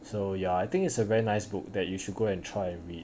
so ya I think is a very nice book that you should go and try and read